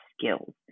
skills